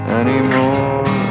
anymore